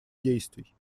действий